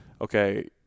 okay